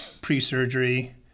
pre-surgery